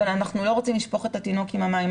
אבל אנחנו לא רוצים לשפוך את התינוק עם המים.